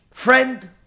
friend